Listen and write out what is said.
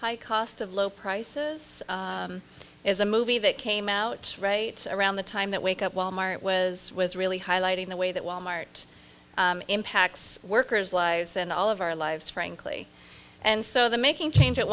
high cost of low prices is a movie that came out right around the time that wake up wal mart was was really highlighting the way that wal mart impacts workers lives and all of our lives frankly and so the making change at